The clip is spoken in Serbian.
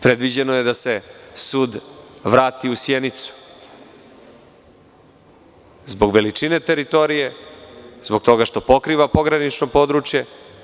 Predviđeno je da se sud vrati u Sjenicu, zbog veličine teritorije, zbog toga što pokriva pogranično područje.